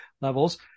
levels